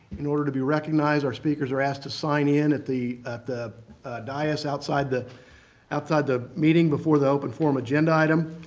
in order to be recognized, our speakers are asked to sign in at the at the dais outside the outside the meeting before the open forum agenda item.